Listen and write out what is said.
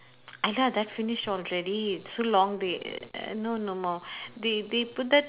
!aiya! that finish already so long they no no more they they put that